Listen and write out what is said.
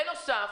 בנוסף,